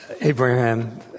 Abraham